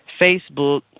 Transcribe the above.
Facebook